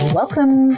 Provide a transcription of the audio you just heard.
welcome